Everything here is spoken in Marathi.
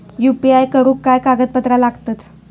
यू.पी.आय करुक काय कागदपत्रा लागतत?